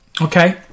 okay